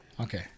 Okay